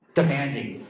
demanding